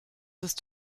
ist